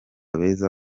beza